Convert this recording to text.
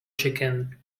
chicken